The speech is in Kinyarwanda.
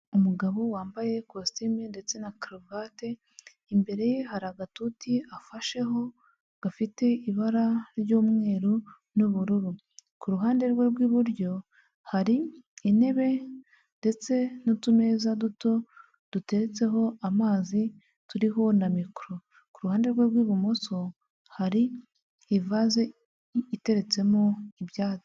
Umugabo wambaye kositimu ndetse na karuvati imbere ye hari agatuti afasheho gafite ibara ry'umweru n'ubururu, ku ruhande rwe rw'iburyo hari intebe ndetse n'utumeza duto dutetseho amazi turiho na mikoro, kuruhande rwe rw'ibumoso hari iyi ivaze iteretsemo ibyatsi.